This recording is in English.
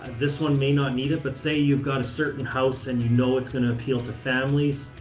this one may not need it, but say you've got a certain house and you know it's going to appeal to families,